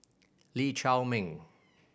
Lee Chiaw Meng